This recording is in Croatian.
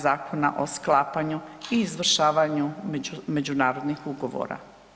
Zakona o sklapanju i izvršavanju međunarodnih ugovora.